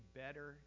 better